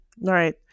Right